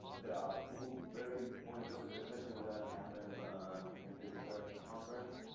there are two very important question um question that happened in this conference